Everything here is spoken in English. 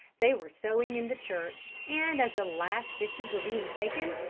they were sewing in the church, and as the last stitches were being taken,